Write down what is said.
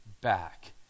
back